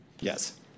Yes